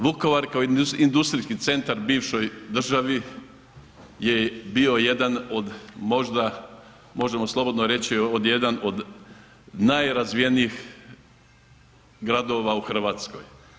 Vukovar kao industrijski centar u bivšoj državi je bio jedan od možda možemo slobodno reći jedan od najrazvijenijih gradova u Hrvatskoj.